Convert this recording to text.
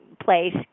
place